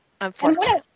unfortunately